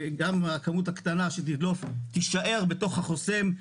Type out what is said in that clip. גם הכמות הקטנה שתדלוף תישאר בתוך החוסם,